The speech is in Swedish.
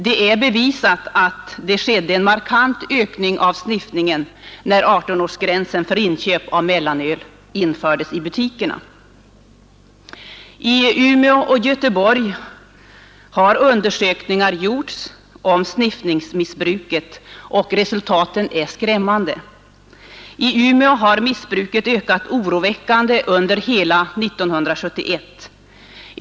Det är bevisat att det skedde en markant ökning av sniffningen när 18-årsgränsen för inköp av mellanöl infördes i butikerna. I Umeå och Göteborg har undersökningar gjorts om sniffningen, och resultaten är skrämmande. I Umeå har missbruket ökat oroväckande under hela 1971.